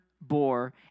bore